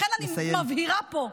לכן אני מבהירה פה: